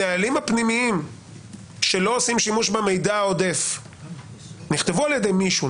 הנהלים הפנימיים שלא עושים שימוש במידע העודף נכתבו על ידי מישהו,